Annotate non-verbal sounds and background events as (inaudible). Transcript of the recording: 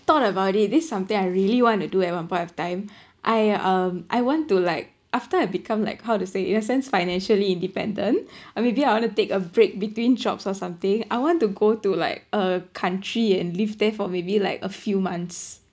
thought about it this is something I really wanna do at one point of time (breath) I um I want to like after I become like how to say in a sense financially independent (breath) I maybe I want to take a break between jobs or something I want to go to like a country and live there for maybe like a few months